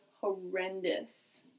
horrendous